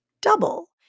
double